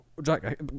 Jack